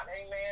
amen